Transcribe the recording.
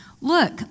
Look